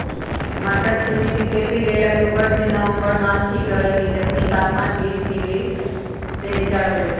मट्टरछिमि के खेती लेल अक्टूबर से नवंबर मास ठीक रहैछइ जखनी तापमान तीस डिग्री से नीचा रहलइ